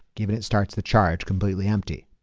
given it starts the charge completely empty.